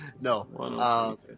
no